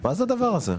מה זה הדבר הזה?